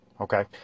Okay